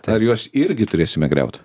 ar juos irgi turėsime griaut